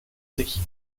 sich